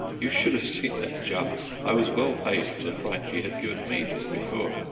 you should have seen her jump! i was well paid for the fright she had given me just before.